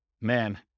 man